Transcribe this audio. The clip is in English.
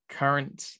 current